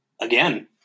again